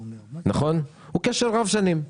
הוא קשר רב שנים.